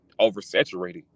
oversaturated